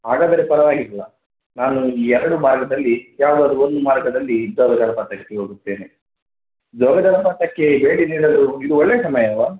ಹಾಗಾದರೆ ಪರವಾಗಿಲ್ಲ ನಾನು ಈ ಎರಡು ಭಾಗದಲ್ಲಿ ಯಾವುದಾದರೂ ಒಂದು ಮಾರ್ಗದಲ್ಲಿ ಜೋಗ ಜಲಪಾತಕ್ಕೆ ಹೋಗುತ್ತೇನೆ ಜೋಗ ಜಲಪಾತಕ್ಕೆ ಭೇಟಿ ನೀಡಲು ಇದು ಒಳ್ಳೆಯ ಸಮಯವಾ